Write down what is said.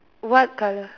what colour